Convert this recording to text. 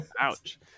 Ouch